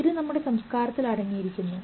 ഇത് നമ്മുടെ സംസ്കാരത്തിൽ അടങ്ങിയിരിക്കുന്നു